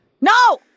No